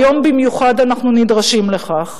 היום במיוחד אנחנו נדרשים לכך.